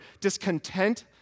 discontent